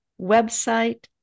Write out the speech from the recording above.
Website